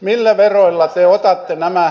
millä veroilla te otatte nämä